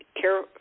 care